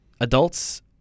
adults